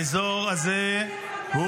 באיזה עולם אתה נותן עצות לרמטכ"ל?